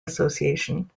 association